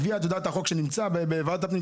וכמה שנים החוק בנושא נמצא בוועדת הפנים.